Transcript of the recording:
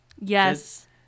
Yes